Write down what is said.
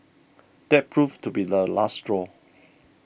that proved to be the last straw